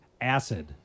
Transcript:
acid